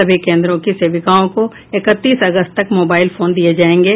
सभी केंद्रों की सेविकाओं को इकतीस अगस्त तक मोबाईल फोन दिये जायेंगे